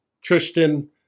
Tristan